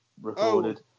recorded